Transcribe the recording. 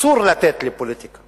אסור לתת לפוליטיקה